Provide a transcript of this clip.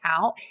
out